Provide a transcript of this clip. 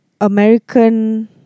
American